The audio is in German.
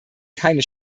keine